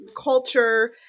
culture